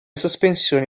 sospensioni